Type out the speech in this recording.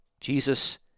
Jesus